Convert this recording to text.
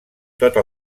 tota